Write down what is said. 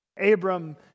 Abram